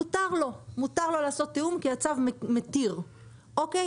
מותר לו לעשות תיאום כי הצו מתיר, אוקי?